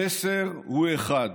המסר הוא אחד: